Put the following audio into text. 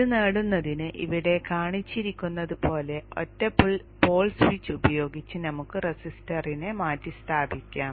ഇത് നേടുന്നതിന് ഇവിടെ കാണിച്ചിരിക്കുന്നതുപോലെ ഒറ്റ പോൾ സ്വിച്ച് ഉപയോഗിച്ച് നമുക്ക് റെസിസ്റ്ററിനെ മാറ്റിസ്ഥാപിക്കാം